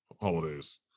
holidays